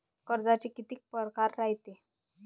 कर्जाचे कितीक परकार रायते?